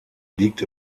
liegt